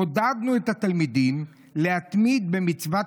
עודדנו את התלמידים להתמיד במצוות